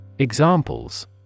Examples